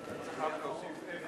אתה רק צריך להוסיף אפס.